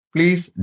Please